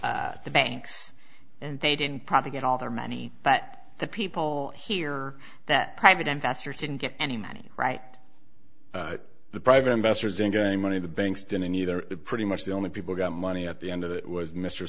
to the banks and they didn't probably get all their money but the people here that private investor didn't get any money right the private investors into a money the banks didn't either pretty much the only people got money at the end of it was mr